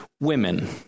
women